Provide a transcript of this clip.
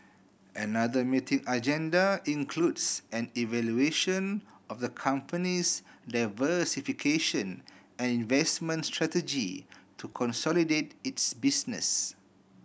another meeting agenda includes an evaluation of the company's diversification and investment strategy to consolidate its business